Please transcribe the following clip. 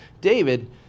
David